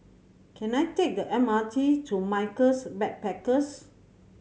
can I take the M R T to Michaels Backpackers